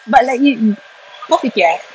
but let you copycat